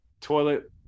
toilet